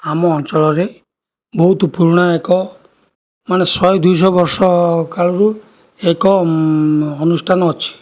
ଆମ ଅଞ୍ଚଳରେ ବହୁତ ପୁରୁଣା ଏକ ମାନେ ଶହେ ଦୁଇଶହ ବର୍ଷ କାଳରୁ ଏକ ଅନୁଷ୍ଠାନ ଅଛି